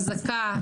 חזקה,